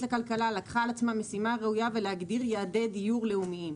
לכלכלה משימה ראויה להגדיר יעדי דיור לאומיים.